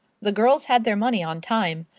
the girls had their money on time,